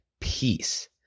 peace